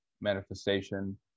manifestation